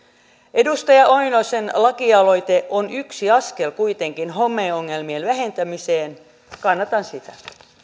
edustaja oinosen lakialoite on kuitenkin yksi askel homeongelmien vähentämiseen kannatan sitä